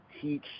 teach